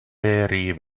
very